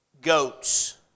goats